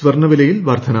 സ്വർണ്ണവിലയിൽ വർദ്ധന